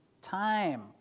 time